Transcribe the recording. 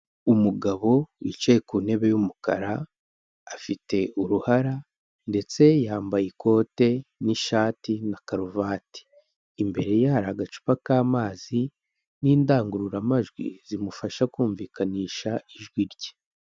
Umugabo wicaye ku ntebe y'umukara, afite uruhara ndetse yambaye ikote n'ishati na karuvati, imbereye hari agacupa k'amazi n'indangururamajwi zimufasha kumvikanisha ijwi rye.